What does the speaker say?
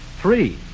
Three